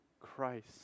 Christ